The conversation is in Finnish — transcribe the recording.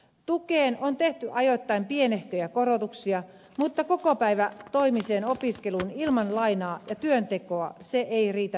tukeen on tehty ajoittain pienehköjä korotuksia mutta kokopäivätoimiseen opiskeluun ilman lainaa ja työntekoa se ei riitä mitenkään